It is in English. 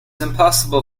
impossible